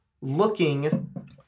looking